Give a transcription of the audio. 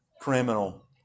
criminal